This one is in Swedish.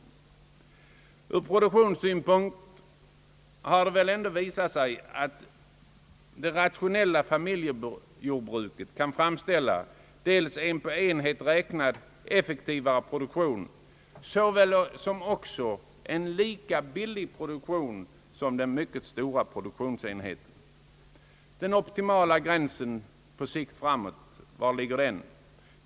Det har dock klart ådagalagts att det rationella familjejordbruket kan bedriva en produktion som per enhet räknad är effektivare än vad man kan få fram vid mycket stora jordbruk. Dessutom är produktionen vid det rationella familjejordbruket minst lika billig. Var ligger då den optimala gränsen på sikt framåt?